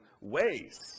ways